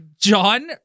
John